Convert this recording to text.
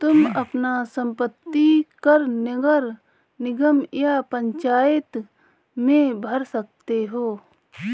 तुम अपना संपत्ति कर नगर निगम या पंचायत में भर सकते हो